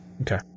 Okay